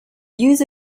use